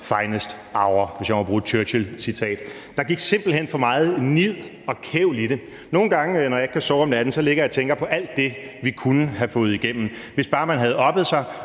finest hour – hvis jeg må bruge et Churchillcitat. Der gik simpelt hen for meget nid og kævl i det. Nogle gange, når jeg ikke kan sove om natten, ligger jeg og tænker på alt det, vi kunne have fået igennem, hvis bare man havde oppet sig